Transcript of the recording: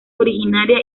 originaria